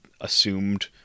assumed